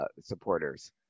supporters